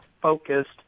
focused